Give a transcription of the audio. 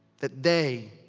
that they